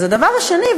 אז הדבר השני,